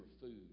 food